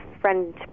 friend